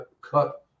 cut